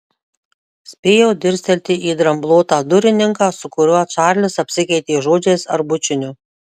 spėjau dirstelėti į dramblotą durininką su kuriuo čarlis apsikeitė žodžiais ar bučiniu